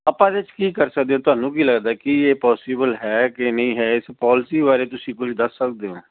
ਆਪਾਂ ਇਹਦੇ 'ਚ ਕੀ ਕਰ ਸਕਦੇ ਤੁਹਾਨੂੰ ਕੀ ਲੱਗਦਾ ਕੀ ਇਹ ਪੋਸੀਬਲ ਹੈ ਕਿ ਨਹੀਂ ਹੈ ਇਸ ਪੋਲਿਸੀ ਬਾਰੇ ਤੁਸੀਂ ਕੁਝ ਦੱਸ ਸਕਦੇ ਹੋ